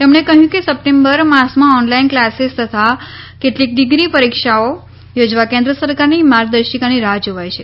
તેમણે કહ્યું કે સપ્ટેમ્બર માસમાં ઓનલાઇન ક્લાસેસ તથા કેટલીક ડિગ્રી પરીક્ષાઓ યોજવા કેન્દ્ર સરકારની માર્ગદર્શિકાની રાહ્ જોવાય છે